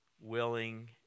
willing